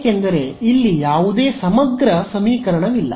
ಏಕೆಂದರೆ ಇಲ್ಲಿ ಯಾವುದೇ ಸಮಗ್ರ ಸಮೀಕರಣವಿಲ್ಲ